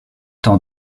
t’en